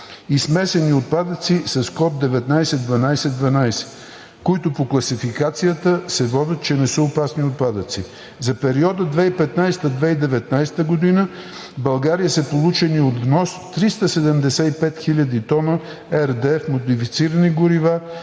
и смесени отпадъци с код 19 12 12, които по класификацията се водят, че не са опасни отпадъци. За периода 2015 – 2019 г. в България са получени от внос 375 000 т RDF – модифицирани горива,